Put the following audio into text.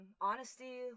honesty